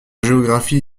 géographie